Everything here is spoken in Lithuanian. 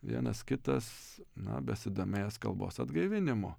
vienas kitas na besidomėjęs kalbos atgaivinimu